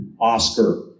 Oscar